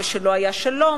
ושלא היה שלום,